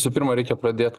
visų pirma reikia pradėt